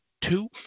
two